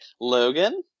Logan